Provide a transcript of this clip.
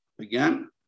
Again